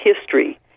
history